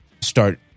start